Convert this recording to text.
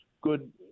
good